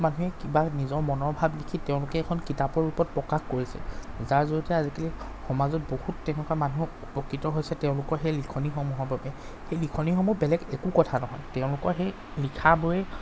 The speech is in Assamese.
মানুহে কিবা নিজৰ মনৰ ভাব লিখি তেওঁলোকে এখন কিতাপৰ ৰূপত প্ৰকাশ কৰিছে যাৰ জৰিয়তে আজিকালি সমাজত বহুত তেনেকুৱা মানুহক উপকৃত হৈছে তেওঁলোকৰ সেই লিখনিসমূহৰ বাবে সেই লিখনিসমূহ বেলেগ একো কথা নহয় তেওঁলোকৰ সেই লিখাবোৰেই